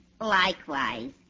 Likewise